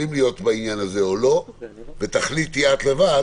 בעניין הזה או לא, ותחליטי לבד